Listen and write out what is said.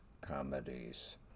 comedies